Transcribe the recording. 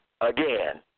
again